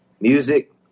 music